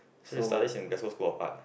so is study in Glasgow school or what